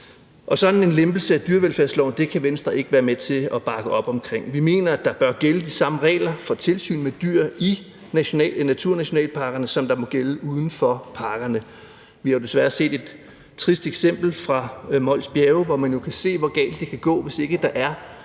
Sådan en lempelse af dyrevelfærdsloven kan Venstre ikke være med til at bakke op om. Vi mener, der bør gælde de samme regler for tilsyn med dyr i naturnationalparkerne, som der må gælde uden for parkerne. Vi har jo desværre set et trist eksempel fra Mols Bjerge, hvor man jo kan se, hvor galt det kan gå, hvis ikke der er